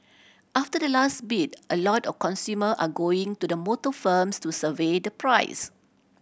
after the last bid a lot of consumer are going to the motor firms to survey the price